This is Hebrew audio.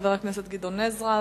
לחבר הכנסת גדעון עזרא,